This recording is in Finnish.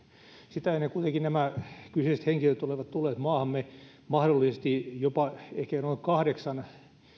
sitä ennen kuitenkin nämä kyseiset henkilöt olivat tulleet maahamme mahdollisesti ehkä jopa noin kahdeksan